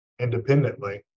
independently